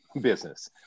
business